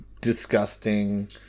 disgusting